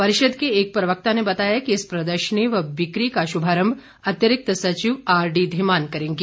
परिषद के एक प्रवक्ता ने बताया कि इस प्रदर्शनी व बिक्री का शुभारम्भ अतिरिक्त सचिव आर डी धीमान करेंगे